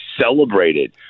celebrated